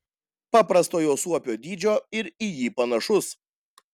paprastojo suopio dydžio ir į jį panašus